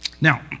Now